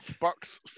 Bucks